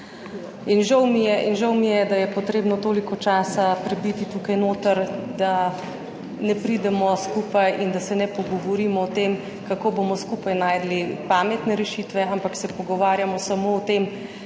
in žal mi je, da je potrebno toliko časa prebiti tukaj noter, da ne pridemo skupaj in da se ne pogovorimo o tem, kako bomo skupaj našli pametne rešitve, ampak se pogovarjamo samo o tem,